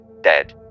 dead